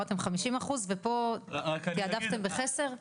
הורדתם 50% ופה תעדפתם בחסר?